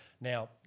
Now